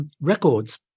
records